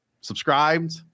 subscribed